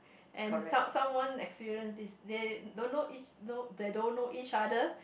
and some someone experience this they don't know each know they don't know each other